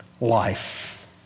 life